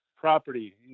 property